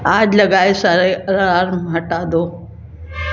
आज लगाए सारे अलार्म हटा दो